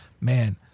man